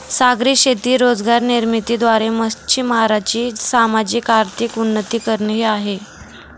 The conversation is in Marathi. सागरी शेती रोजगार निर्मिती द्वारे, मच्छीमारांचे सामाजिक, आर्थिक उन्नती करणे हे आहे